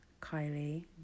Kylie